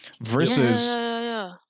versus